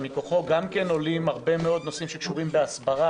שמכוחו עולים הרבה מאוד נושאים שקשורים בהסברה,